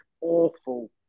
awful